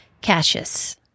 Cassius